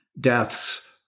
deaths